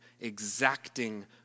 exacting